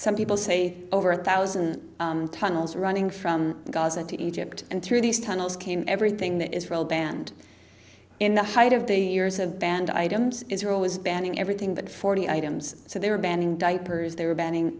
some people say over a thousand tunnels running from gaza to egypt and through these tunnels came everything that israel banned in the height of the years of banned items israel was banning everything but forty items so they were banning diapers they were banning